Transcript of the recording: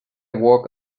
walk